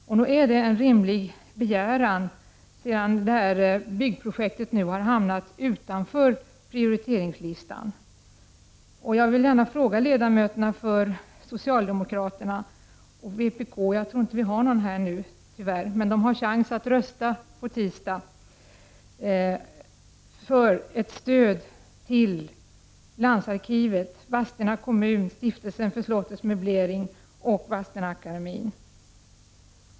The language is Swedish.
Nog är det väl en rimlig begäran sedan det här byggprojektet har hamnat utanför prioriteringslistan? Jag skulle gärna vilja fråga ledamöterna för socialdemokraterna och vpk om detta. Vi verkar tyvärr inte ha någon representant för vpk här, men på tisdag när det här ärendet skall avgöras har de chansen att rösta för ett stöd till landsarkivet, Vadstena kommun, Stiftelsen för slottets möblering och Vadstena-Akademien.